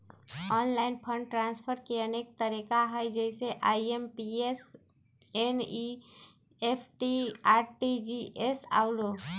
online fund transfer के अनेक तरिका हइ जइसे आइ.एम.पी.एस, एन.ई.एफ.टी, आर.टी.जी.एस आउरो